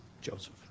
Joseph